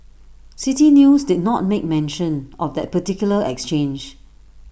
City News did not make mention of that particular exchange